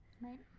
Right